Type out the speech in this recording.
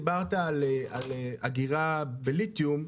דיברת על אגירה בליתיום,